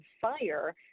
fire